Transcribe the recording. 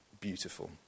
beautiful